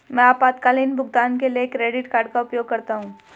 मैं आपातकालीन भुगतान के लिए क्रेडिट कार्ड का उपयोग करता हूं